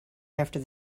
after